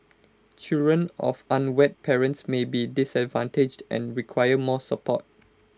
children of unwed parents may be disadvantaged and require more support